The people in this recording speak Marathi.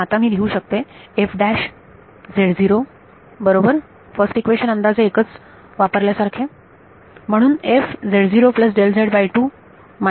तर आता मी लिहू शकते बरोबर फर्स्ट इक्वेशन अंदाजे एकच वापरल्या सारखे